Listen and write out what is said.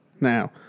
Now